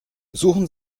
suchen